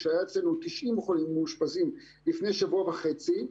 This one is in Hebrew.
כשהיו אצלנו 90% מאושפזים לפני שבוע וחצי,